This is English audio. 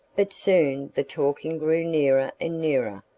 but soon the talking grew nearer and nearer,